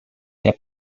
herr